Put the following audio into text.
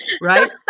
right